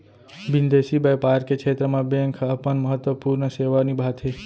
बिंदेसी बैपार के छेत्र म बेंक ह अपन महत्वपूर्न सेवा निभाथे